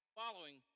following